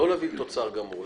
לא להביא תוצר גמור,